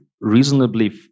reasonably